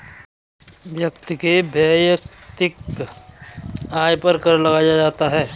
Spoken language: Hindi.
व्यक्ति के वैयक्तिक आय पर कर लगाया जाता है